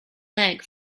leg